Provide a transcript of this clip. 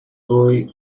boy